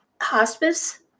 hospice